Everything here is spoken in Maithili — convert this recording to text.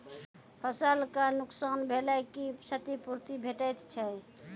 फसलक नुकसान भेलाक क्षतिपूर्ति भेटैत छै?